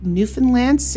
Newfoundland